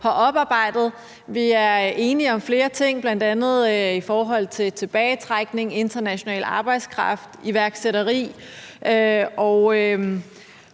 har oparbejdet. Vi er enige om flere ting, bl.a. om tilbagetrækning, international arbejdskraft og iværksætteri.